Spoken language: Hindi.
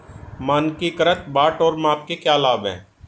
मानकीकृत बाट और माप के क्या लाभ हैं?